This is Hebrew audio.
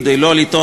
כדי שלא לטעות,